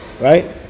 Right